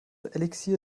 elixier